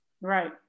Right